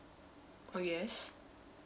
oh yes